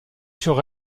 sur